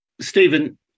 Stephen